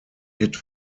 hit